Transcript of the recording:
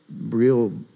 real